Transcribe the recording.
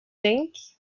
drink